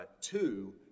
Two